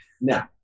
Now